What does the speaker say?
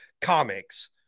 comics